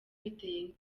biteye